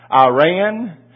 Iran